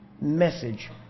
message